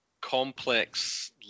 complex